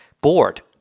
bored